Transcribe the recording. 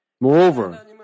Moreover